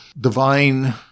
divine